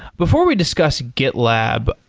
before we discuss gitlab,